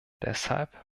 deshalb